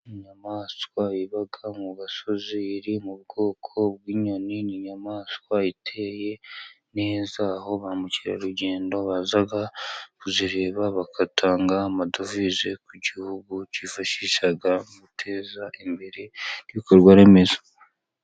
Inyamaswa iba mu gasozi, iri mu bwoko bw'inyoni, ni inyamaswa iteye neza, aho ba mukerarugendo baza kuzireba, bagatanga amadovize ku gihugu, kifashisha guteza imbere ibikorwaremezo.